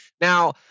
Now